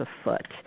afoot